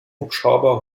hubschrauber